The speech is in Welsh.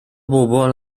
bobl